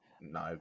no